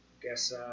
guess